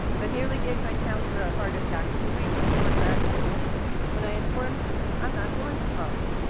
but nearly gave my counselor a heart attack two weeks before graduation when i informed him, i'm not going to college,